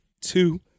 two